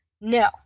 No